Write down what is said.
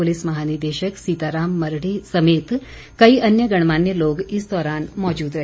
police महानिदेशक सीताराम मरढ़ी समेत कई अन्य गणमान्य लोग इस दौरान मौजूद रहे